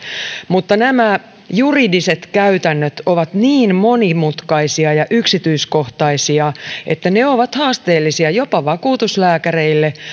mutta nämä juridiset käytännöt ovat niin monimutkaisia ja yksityiskohtaisia että ne ovat haasteellisia jopa vakuutuslääkäreille